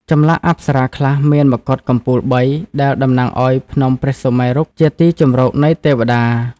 ចម្លាក់អប្សរាខ្លះមានមកុដកំពូលបី ដែលតំណាងឱ្យភ្នំព្រះសុមេរុ ជាទីជម្រកនៃទេវតា។